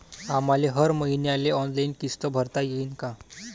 आम्हाले हर मईन्याले ऑनलाईन किस्त भरता येईन का?